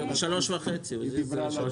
15:30 צריך להיות.